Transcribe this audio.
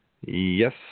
Yes